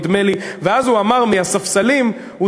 ואז הוא צעק מהספסלים: